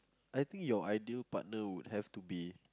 I think your idea partner would have to be